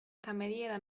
cameriera